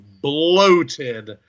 bloated